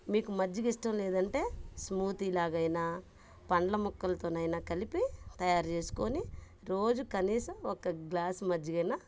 మీకు మజ్జిగ ఇష్టం లేదంటే స్మూతిలాగైన పండ్ల మొక్కలతోనైనా కలిపి తయారుచేసుకొని రోజు కనీసం ఒక గ్లాసు మజ్జిగైన